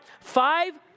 five